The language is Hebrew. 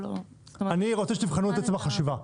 אני רוצה שתבחנו את עצם החשיבה,